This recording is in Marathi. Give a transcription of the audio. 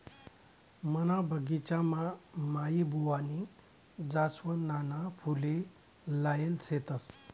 मना बगिचामा माईबुवानी जासवनना फुले लायेल शेतस